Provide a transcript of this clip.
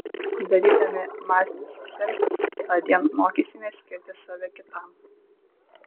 darydami masinius selfius tądien mokysimės skirti save kitam